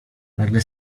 nagle